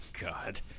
God